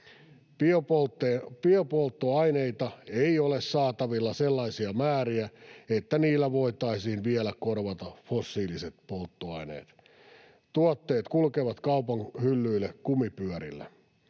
Biopolttoaineita ei ole saatavilla sellaisia määriä, että niillä voitaisiin vielä korvata fossiiliset polttoaineet. Tuotteet kulkevat kaupan hyllyille kumipyörillä.